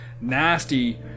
nasty